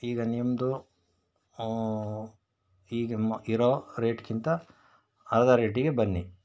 ಈಗ ನಿಮ್ಮದು ಈಗ ಮ್ ಇರೋ ರೇಟ್ಗಿಂತ ಅರ್ಧ ರೇಟಿಗೆ ಬನ್ನಿ